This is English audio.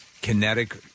kinetic